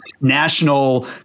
national